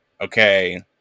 okay